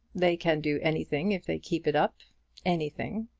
they can do anything if they keep it up anything.